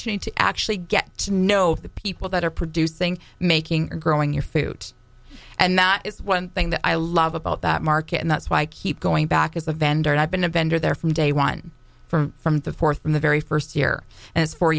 opportunity to actually get to know the people that are producing making and growing your food and that is one thing that i love about that market and that's why i keep going back as a vendor and i've been a vendor there from day one from from the fourth from the very first year and it's four